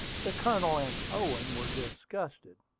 the colonel and owen were disgusted.